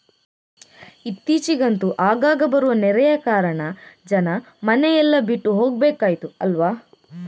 ಇತ್ತೀಚಿಗಂತೂ ಆಗಾಗ ಬರುವ ನೆರೆಯ ಕಾರಣ ಜನ ಮನೆ ಎಲ್ಲ ಬಿಟ್ಟು ಹೋಗ್ಬೇಕಾಯ್ತು ಅಲ್ವಾ